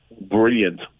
brilliant